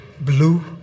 blue